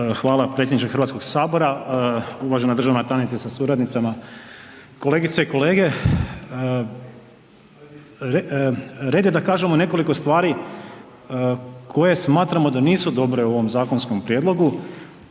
Hvala predsjedniče Hrvatskog sabora. Uvažena državna tajnice sa suradnicama, kolegice i kolege. Red je da kažemo nekoliko stvari koje smatramo da nisu dobre u ovom zakonskom prijedlogu,